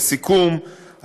לסיכום,